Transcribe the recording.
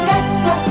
extra